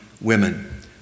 women